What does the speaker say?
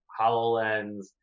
hololens